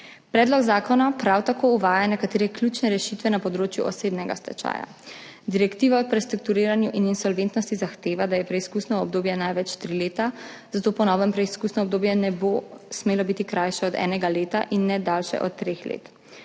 Predlog zakona prav tako uvaja nekatere ključne rešitve na področju osebnega stečaja. Direktiva o prestrukturiranju in insolventnosti zahteva, da je preizkusno obdobje največ 3 leta, zato po novem preizkusno obdobje ne bo smelo biti krajše od 1 leta in ne daljše od 3 let.